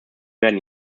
werden